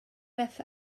beth